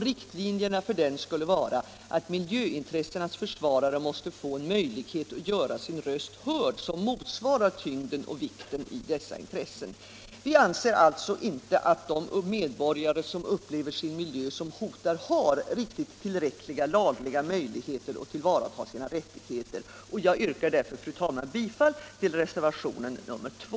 Riktlinjerna för denna skall vara att miljöintressenas försvarare måste få en möjlighet att göra sin röst hörd som motsvarar tyngden och vikten i dessa intressen. Vi anser alltså inte att de medborgare som upplever sin miljö som hotad har tillräckliga lagliga möjligheter att tillvarata sina rättigheter. Jag yrkar därför, fru talman, bifall till reservationen 2.